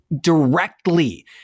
directly